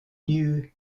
new